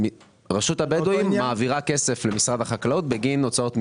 רשות הבדואים מעבירה כסף למשרד החקלאות בגין הוצאות מחשוב.